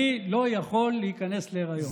אני לא יכול להיכנס להיריון.